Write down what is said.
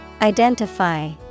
Identify